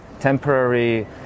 temporary